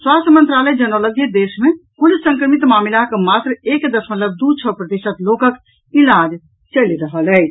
स्वास्थ्य मंत्रालय जनौलक जे देश मे कुल संक्रमित मामिलाक मात्र एक दशमलव दू छओ प्रतिशत लोकक इलाज चलि रहल अछि